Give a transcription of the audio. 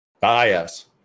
Bias